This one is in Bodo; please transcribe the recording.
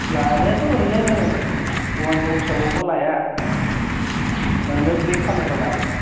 लानायाथ' ओरैनो वाइन सप हिसाबावबा लाया ओरैनो ब्लेक फानोबा लागोन